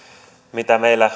mitä meillä